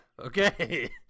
Okay